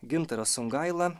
gintaras sungaila